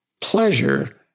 pleasure